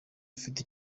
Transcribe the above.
ifite